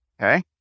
Okay